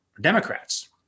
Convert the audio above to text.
Democrats